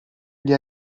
gli